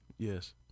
Yes